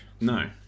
No